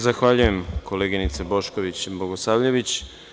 Zahvaljujem, koleginice Bošković Bogosavljević.